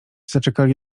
zaczekali